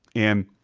and